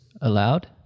allowed